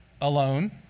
alone